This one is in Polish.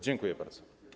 Dziękuję bardzo.